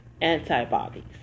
antibodies